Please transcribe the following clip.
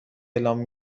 اعلام